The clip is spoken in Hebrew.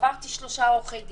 עברתי שלושה עורכי דין.